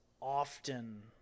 often